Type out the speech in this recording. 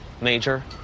Major